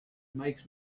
makes